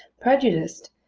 prejudiced,